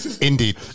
Indeed